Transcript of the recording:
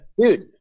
dude